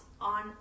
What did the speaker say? on